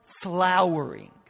flowering